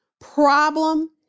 problem